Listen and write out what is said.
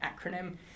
acronym